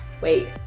wait